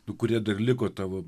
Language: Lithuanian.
tų kurie dar liko tavo